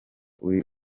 uri